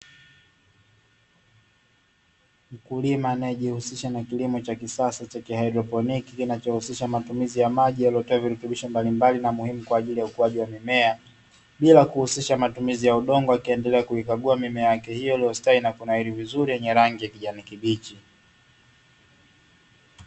Mkulima anayejihusisha na kilimo cha kisasa cha kihaidroponi kinachohusisha matumizi ya maji yaliyotiwa virutubisho mbalimbali na muhimu kwa ajili ya ukuaji wa mimea bila kuhusisha matumizi ya udongo, akiendelea kuikagua mimea yake hiyo iliyostawi na kunawiri vizuri yenye rangi ya kijani kibichi.